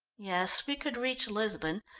yes, we could reach lisbon,